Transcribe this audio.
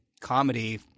comedy